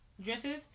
dresses